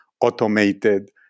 automated